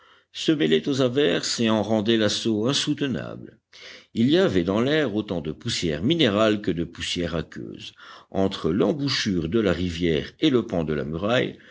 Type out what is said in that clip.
se mêlait aux averses et en rendait l'assaut insoutenable il y avait dans l'air autant de poussière minérale que de poussière aqueuse entre l'embouchure de la rivière et le pan de la muraille